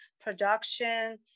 production